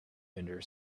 vendor